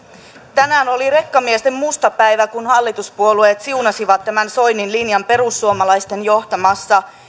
tänään oli rekkamiesten musta päivä kun hallituspuolueet siunasivat tämän soinin linjan perussuomalaisten johtamassa